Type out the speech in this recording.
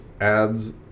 ads